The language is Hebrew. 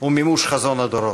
ומימוש חזון הדורות.